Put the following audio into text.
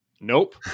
Nope